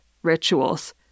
Rituals